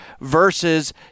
versus